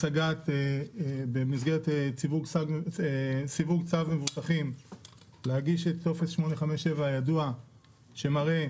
במסגרת סיווג צו מבוטחים להגיש את טופס 857 הידוע שמראה